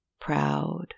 proud